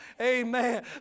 Amen